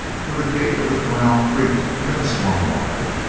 for the gate of the corral creaked and then swung wide.